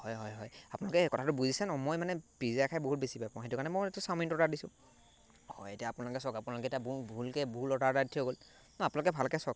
হয় হয় হয় আপোনালোকে এই কথাটো বুজিছে ন মই মানে পিজ্জা খাই বহুত বেছি বেয়া পাওঁ সেইটো কাৰণে মই এইটো চাওমিন অৰ্ডাৰ দিছোঁ হয় এতিয়া আপোনালোকে চাওক আপোনালোকে এতিয়া ভুলকৈ ভুল অৰ্ডাৰ এটা দি থৈ গ'ল ন আপোনালোকে ভালকৈ চাওক